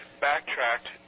backtracked